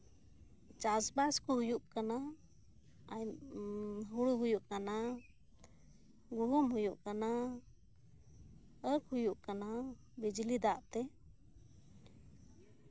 ᱪᱟᱥᱵᱟᱥ ᱠᱚ ᱦᱩᱭᱩᱜ ᱠᱟᱱᱟ ᱟᱨ ᱦᱩᱲᱩ ᱦᱩᱭᱩᱜ ᱠᱟᱱᱟ ᱜᱩᱦᱩᱢ ᱦᱩᱭᱩᱜ ᱠᱟᱱᱟ ᱟᱺᱠᱷ ᱦᱩᱭᱩᱜ ᱠᱟᱱᱟ ᱵᱤᱡᱽᱞᱤ ᱫᱟᱜ ᱛᱮ